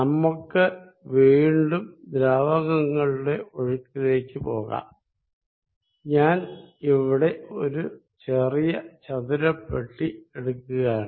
നമുക്ക് വീണ്ടും ദ്രാവകങ്ങളുടെ ഒഴുക്കിലേക്ക് പോകാം ഞാൻ ഇവിടെ ഒരു ചെറിയ റെക്ടാങ്കുലർ ബോക്സ് എടുക്കുകയാണ്